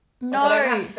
No